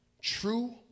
True